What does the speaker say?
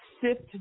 sift